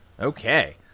Okay